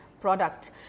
product